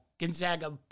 Gonzaga